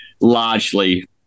largely